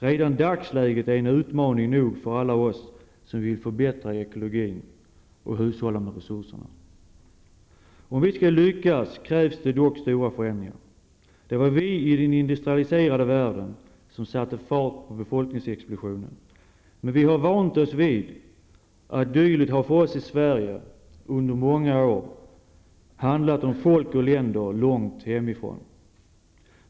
Redan dagsläget är utmaning nog för alla oss som vill förbättra ekologin och hushålla med resurserna. Om vi skall lyckas krävs det dock stora förändringar. Det var vi i den industrialiserade världen som satte fart på befolkningsexplosionen. Men vi i Sverige har vant oss vid att dylikt för oss under många år har handlat om folk och länder långt hemifrån.